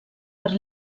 per